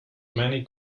many